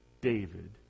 David